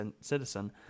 citizen